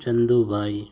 Chandubhai